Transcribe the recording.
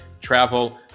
travel